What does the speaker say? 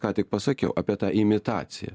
ką tik pasakiau apie tą imitaciją